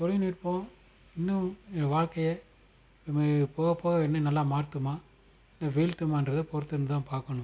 தொழில்நுட்பம் இன்னும் என் வாழ்க்கைய போக போக இன்னும் நல்லா மாற்றுமா இல்ல வீழ்த்துமான்றத பொறுத்திருந்துதான் பார்க்கணும்